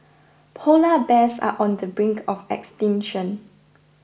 Polar Bears are on the brink of extinction